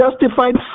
justified